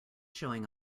showing